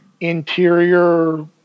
interior